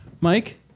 Mike